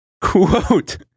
Quote